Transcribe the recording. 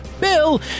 Bill